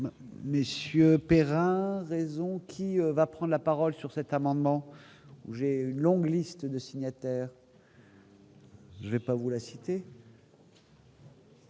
raison qui va prendre la parole sur cet amendement, j'ai une longue liste de signataires. Je vais pas vous la cité.